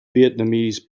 vietnamese